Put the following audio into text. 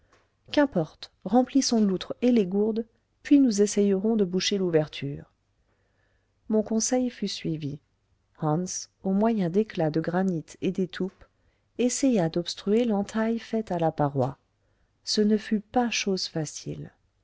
qu'importe remplissons l'outre et les gourdes puis nous essayerons de boucher l'ouverture mon conseil fut suivi hans au moyen d'éclats de granit et d'étoupe essaya d'obstruer l'entaille faite à la paroi ce ne fut pas chose facile